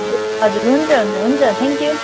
ए हजुर हुन्छ हुन्छ हुन्छ थ्याङ्क यू